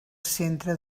centre